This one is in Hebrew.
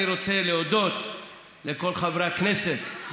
אני רוצה להודות לכל חברי הכנסת,